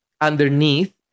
underneath